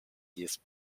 these